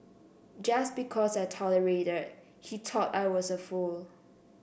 just because I tolerated he thought I was a fool